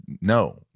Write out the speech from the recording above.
no